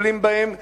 מטפלים בהם,